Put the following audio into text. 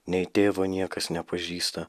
nei tėvo niekas nepažįsta